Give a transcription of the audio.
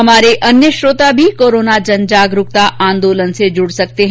हमारे अन्य श्रोता भी कोरोना जनजागरूकता आंदोलन से जुड़ सकते हैं